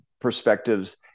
perspectives